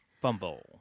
Bumble